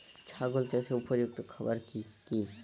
ছাগল চাষের উপযুক্ত খাবার কি কি?